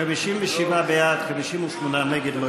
57 בעד, 58 נגד.